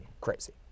Crazy